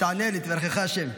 תענה לי "יברכך השם".